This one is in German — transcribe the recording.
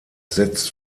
setzt